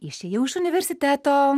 išėjau iš universiteto